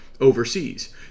overseas